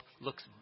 looks